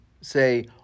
say